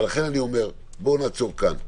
לכן אני אומר: בואו נעצור כאן.